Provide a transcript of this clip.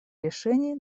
решений